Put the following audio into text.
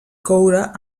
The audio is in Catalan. coure